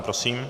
Prosím.